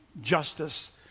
justice